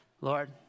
Lord